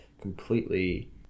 completely